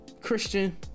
christian